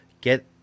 get